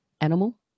animal